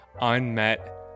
unmet